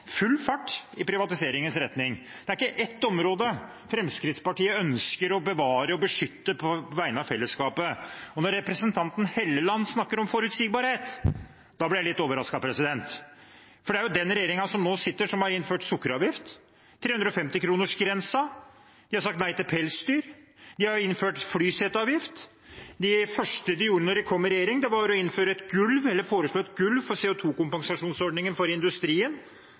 full fart i privatiseringens retning. Det er ikke ett område Fremskrittspartiet ønsker å bevare og beskytte på vegne av fellesskapet. Og når representanten Hofstad Helleland snakker om forutsigbarhet, blir jeg litt overrasket, for det er jo den regjeringen som nå sitter, som har innført sukkeravgift og 350-kronersgrensen, de har sagt nei til pelsdyr, og de har innført flyseteavgift. Det første de gjorde da de kom i regjering, var å foreslå et gulv for CO 2 -kompensasjonsordningen for industrien,